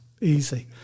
easy